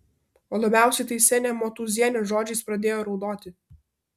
o labiausiai tai senė motūzienė žodžiais pradėjo raudoti